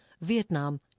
Vietnam